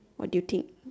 what do you think